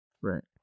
Right